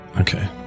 okay